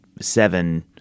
seven